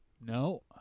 No